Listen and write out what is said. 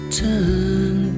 turn